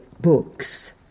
books